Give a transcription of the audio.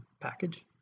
package